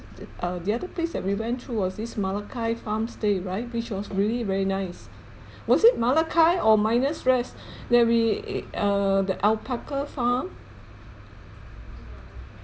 the uh the other place that we went through was this malakai farm stay right which was really very nice was it malakai or miners rest that we it uh that alpaca farm